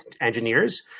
engineers